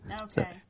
Okay